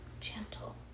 gentle